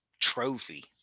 Trophy